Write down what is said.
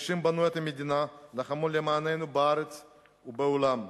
הקשישים בנו את המדינה, לחמו למעננו בארץ ובעולם.